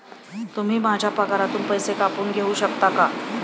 तुम्ही माझ्या पगारातून पैसे कापून घेऊ शकता का?